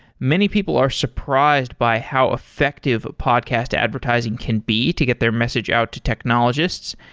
many people are surprised by how effective podcast advertising can be to get their message out to technologists.